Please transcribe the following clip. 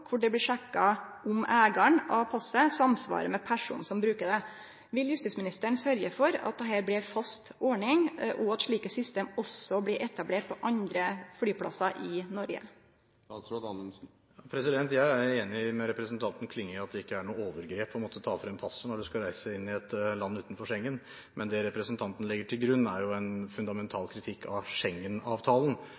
det blir sjekka om eigaren av passet samsvarer med personen som bruker det. Vil justisministeren sørgje for at dette blir ei fast ordning, og at slike system også blir etablerte på andre flyplassar i Noreg? Jeg er enig med representanten Klinge i at det ikke er noe overgrep å måtte ta frem passet når en skal reise inn i et land utenfor Schengen, men det representanten legger til grunn, er en fundamental